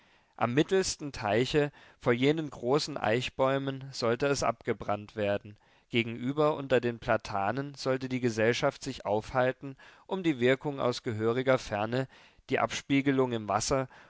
am mittelsten teiche vor jenen großen eichbäumen sollte es abgebrannt werden gegenüber unter den platanen sollte die gesellschaft sich aufhalten um die wirkung aus gehöriger ferne die abspiegelung im wasser